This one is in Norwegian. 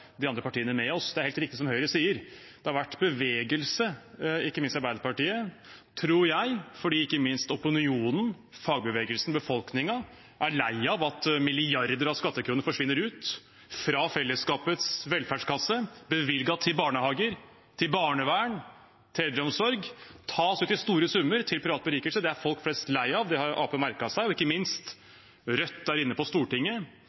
de andre partiene med oss. Det er helt riktig som Høyre sier; det har vært bevegelse – ikke minst i Arbeiderpartiet, tror jeg – fordi ikke minst opinionen, fagbevegelsen, befolkningen er lei av at milliarder av skattekroner forsvinner ut fra fellesskapets velferdskasse. Skattekroner bevilget til barnehager, barnevern og eldreomsorg tas ut i store summer til privat berikelse. Det er folk flest lei av, og det har Arbeiderpartiet merket seg. Og ikke minst: Rødt er inne på Stortinget,